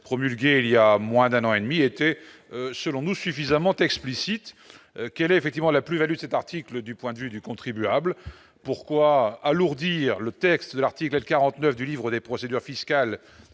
promulguée il y a moins d'un an et demi était selon nous suffisamment explicite quelle effectivement la plus-Value cet article du point de vue du contribuable pourquoi alourdir le texte de l'article 49 du livre des procédures fiscales